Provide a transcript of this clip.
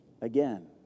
again